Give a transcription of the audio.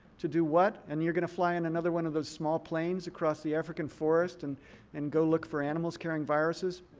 to do what? and you're going to fly in another one of those small planes across the african forest and and go look for animals carrying viruses?